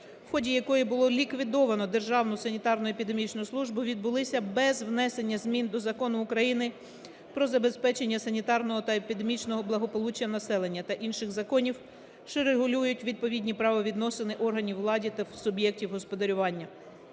в ході якої було ліквідовано Державну санітарно-епідеміологічну службу, відбулася без внесення змін до Закону України "Про забезпечення санітарного та епідеміологічного благополуччя населення" та інших законів, що регулюють відповідні правовідносини органів влади та суб'єктів господарювання.